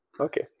Okay